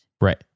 Right